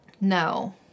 No